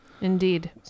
Indeed